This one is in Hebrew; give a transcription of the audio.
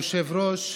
אדוני היושב-ראש,